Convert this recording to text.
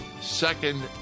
second